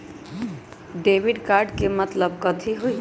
Debit card के मतलब कथी होई?